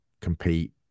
compete